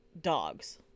dogs